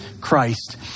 Christ